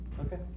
Okay